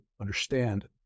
understand